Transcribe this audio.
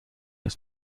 ist